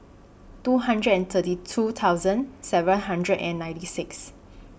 two hundred and thirty two thousand seven hundred and ninety six